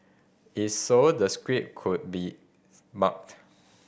is so the script could be marked